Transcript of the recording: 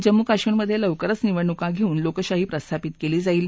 जम्मू कश्मीरमध्यालवकरच निवडणूका घर्सन लोकशाही प्रस्थापित कली जाईल